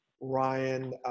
Ryan